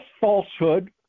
falsehood